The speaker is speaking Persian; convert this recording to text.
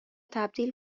تبدیل